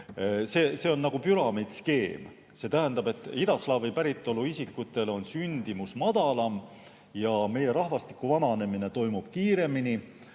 see on nagu püramiidskeem –, siis kuna idaslaavi päritolu isikutel on sündimus madalam ja meie rahvastiku vananemine toimub kiiremini,